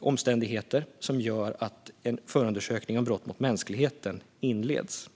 omständigheter som gör att en förundersökning om brott mot mänskligheten inleds.